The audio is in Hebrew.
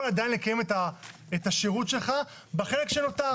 עדיין לקיים את השירות שלך בחלק שנותר.